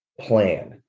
plan